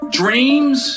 dreams